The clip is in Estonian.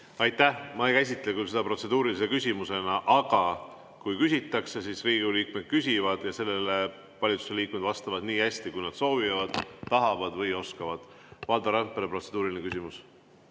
Aitäh! Ma ei käsitle küll seda protseduurilise küsimusena, aga kui küsitakse, siis Riigikogu liikmed küsivad ja valitsuse liikmed vastavad nii hästi, kui nad soovivad, tahavad või oskavad. Valdo Randpere, protseduuriline küsimus.